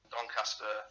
Doncaster